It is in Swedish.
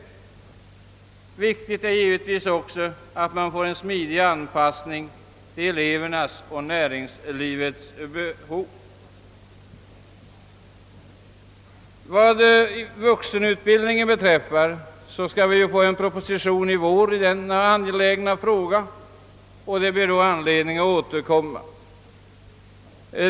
Betydelsefullt är givetvis också en smidig anpassning till elevernas och näringslivets behov. Beträffande vuxenutbildningen skall vi få en proposition i vår, och det blir då anledning att återkomma till denna angelägna fråga.